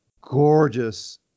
gorgeous